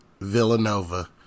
Villanova